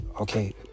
Okay